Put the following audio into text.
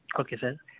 okay sir